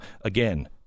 Again